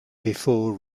before